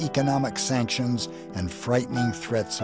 economic sanctions and frightened threats